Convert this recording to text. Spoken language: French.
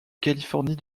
californie